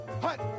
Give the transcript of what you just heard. hut